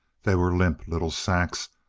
they were limp little sacks,